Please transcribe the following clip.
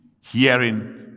hearing